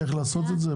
לגבי איך לעשות את זה?